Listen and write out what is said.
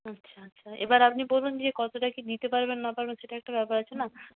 আচ্ছা আচ্ছা এবার আপনি বলুন যে কতটা কী দিতে পারবেন না পারবেন সেটা একটা ব্যাপার আছে না